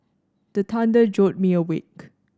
the thunder jolt me awake